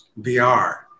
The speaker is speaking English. VR